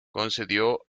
concedió